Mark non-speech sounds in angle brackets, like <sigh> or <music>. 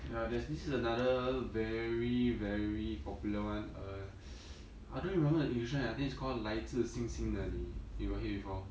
ya there's this is another very very popular one err <noise> I don't remember the 语声 eh I think it's called 来自星星的你 you got hear before